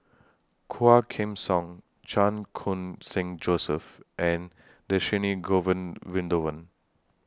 Quah Kim Song Chan Khun Sing Joseph and Dhershini Govin window when